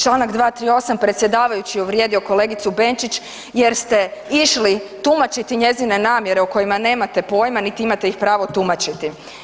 Čl. 238., predsjedavajući je uvrijedio kolegicu Benčić jer ste išli tumačiti njezine namjere o kojima nemate pojma niti imate ih pravo tumačiti.